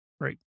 right